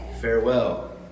Farewell